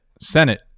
Senate